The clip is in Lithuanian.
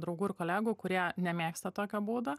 draugų ir kolegų kurie nemėgsta tokio būdo